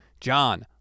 John